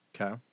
Okay